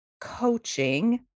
Coaching